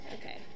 Okay